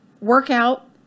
workout